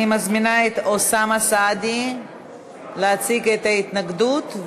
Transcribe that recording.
אני מזמינה את אוסאמה סעדי להציג את ההתנגדות,